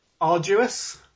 Arduous